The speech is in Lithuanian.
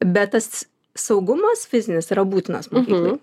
bet tas saugumas fizinis yra būtinas mokykloj